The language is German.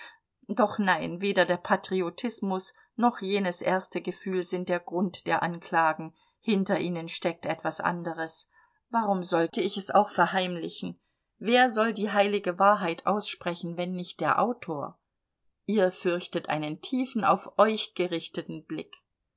doch nein weder der patriotismus noch jenes erste gefühl sind der grund der anklagen hinter ihnen steckt etwas anderes warum sollte ich es auch verheimlichen wer soll die heilige wahrheit aussprechen wenn nicht der autor ihr fürchtet einen tiefen auf euch gerichteten blick